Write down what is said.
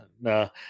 No